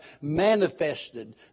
manifested